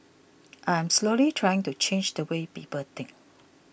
I'm slowly trying to change the way people think